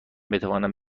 بتوانم